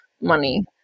money